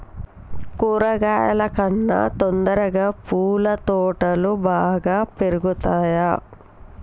కూరగాయల కన్నా తొందరగా పూల తోటలు బాగా పెరుగుతయా?